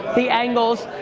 the angles,